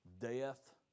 Death